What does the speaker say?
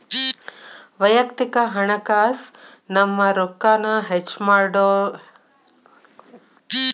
ವಯಕ್ತಿಕ ಹಣಕಾಸ್ ನಮ್ಮ ರೊಕ್ಕಾನ ಹೆಚ್ಮಾಡ್ಕೊನಕ ಸಹಾಯ ಮಾಡ್ತದ ಎಲ್ಲೆಲ್ಲಿ ಪಾಲ್ತು ವೇಸ್ಟ್ ಆಗತೈತಿ ಅಂತ ತಿಳಿತದ